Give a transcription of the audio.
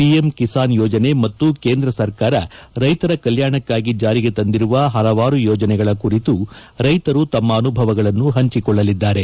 PM Kisan ಯೋಜನೆ ಮತ್ತು ಕೇಂದ್ರ ಸರ್ಕಾರ ರೈತರ ಕಲ್ಲಾಣಕ್ಕಾಗಿ ಜಾರಿಗೆ ತಂದಿರುವ ಹಲವಾರು ಯೋಜನೆಗಳ ಕುರಿತು ರೈತರು ತಮ್ನ ಅನುಭವಗಳನ್ನು ಹಂಚಿಕೊಳ್ಳಲಿದ್ದಾರೆ